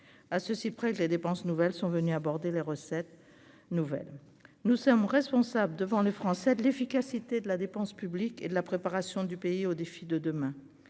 à ceci près que les dépenses nouvelles sont venues aborder les recettes nouvelles nous sommes responsables devant les Français de l'efficacité de la dépense publique et de la préparation du pays aux défis de demain,